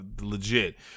legit